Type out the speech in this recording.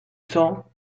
cents